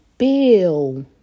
Bill